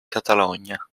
catalogna